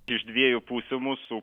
iš dviejų pusių mūsų